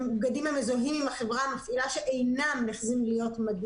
מפקחים שהם עובדי רשות הטבע והגנים מנויים בחוק הסמכויות הכללי